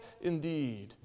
indeed